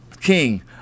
king